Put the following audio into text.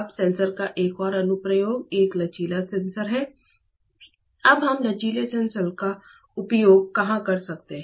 अब सेंसर का एक और अनुप्रयोग एक लचीला सेंसर है अब हम लचीले सेंसर का उपयोग कहां कर सकते हैं